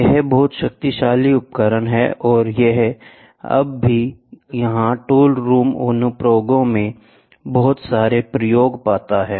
यह बहुत शक्तिशाली उपकरण है और यह अब भी यह टूल रूम अनुप्रयोगों में बहुत सारे प्रयोग पाता है